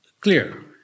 clear